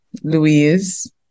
Louise